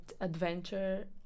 adventure